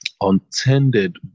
untended